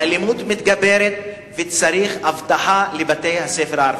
האלימות מתגברת וצריך אבטחה בבתי-הספר הערביים.